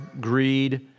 greed